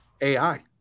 AI